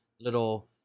Little